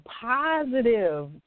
positive